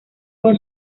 con